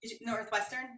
Northwestern